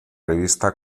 revista